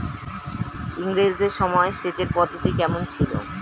ইঙরেজদের সময় সেচের পদ্ধতি কমন ছিল?